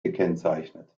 gekennzeichnet